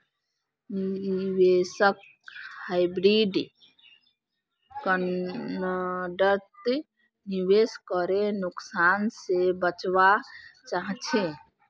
निवेशक हाइब्रिड फण्डत निवेश करे नुकसान से बचवा चाहछे